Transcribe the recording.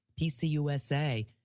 PCUSA